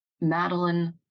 madeline